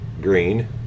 green